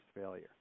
failure